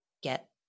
get